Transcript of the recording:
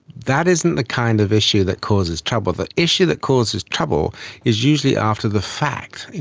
that isn't the kind of issue that causes trouble. the issue that causes trouble is usually after the fact,